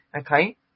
Okay